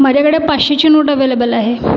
माझ्याकडे पाचशेची note available आहे